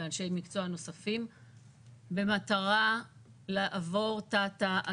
במטרה לעבור מתא לתא,